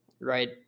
right